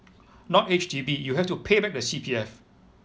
not H_D_B you have to payback the C_P_F